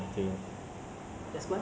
impos~